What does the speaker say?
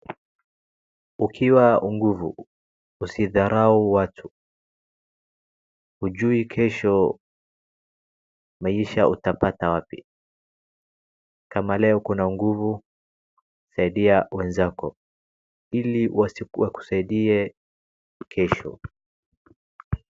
Ukiwa na nguvu usidharau watu. Hujui kesho maisha utayapata wapi. Kama leo ukona nguvu saidia wenzako ili wenzako wakusaidie kesho.